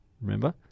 Remember